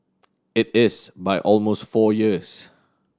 it is by almost four years